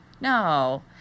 no